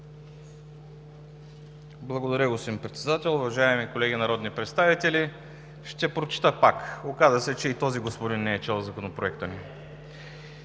Благодаря, господин Председател. Уважаеми колеги народни представители, ще прочета пак. Оказа се, че и този господин не е чел Законопроекта ни.